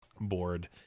board